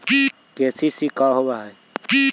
KCC का होव हइ?